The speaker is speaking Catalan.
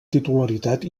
titularitat